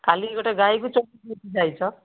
କାଲି ଗୋଟିଏ ଗାଈକୁ ଚଢ଼ାଇ ଦେଇକି ଯାଇଛ